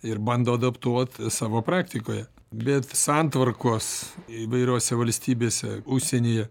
ir bando adaptuot savo praktikoje bet santvarkos įvairiose valstybėse užsienyje